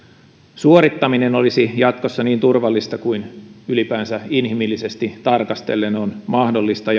suorittaminen olisi jatkossa niin turvallista kuin inhimillisesti tarkastellen on ylipäänsä mahdollista